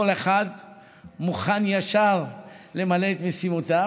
כל אחד מוכן ישר למלא את משימותיו.